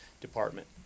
department